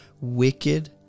wicked